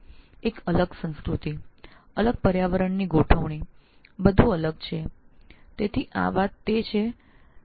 એક ભિન્ન સંસ્કૃતિમાં ભિન્ન પર્યાવરણની ગોઠવણીમાં જ્યાં બધું ભિન્ન છે